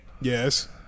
Yes